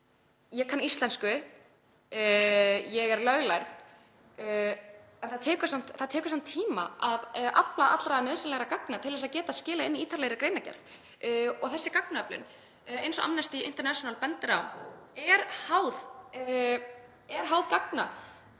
ég kann íslensku og er löglærð. Það tekur samt tíma að afla allra nauðsynlegra gagna til þess að geta skilað inn ítarlegri greinargerð. Þessi gagnaöflun, eins og Amnesty International bendir á, er háð gögnum